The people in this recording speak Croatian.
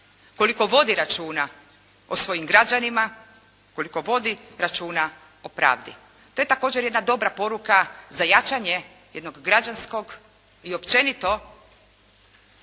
koliko vodi računa o svojim građanima, koliko vodi računa o pravdi. To je također jedna dobra poruka za jačanje jednog građanskog i općenito